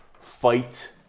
fight